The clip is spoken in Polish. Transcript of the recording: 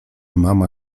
mama